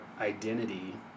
identity